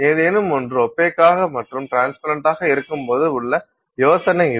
ஏதேனும் ஓன்று ஒப்பேக்காக மற்றும் ட்ரான்ஸ்பரண்டாக இருக்கும்போது உள்ள யோசனை இது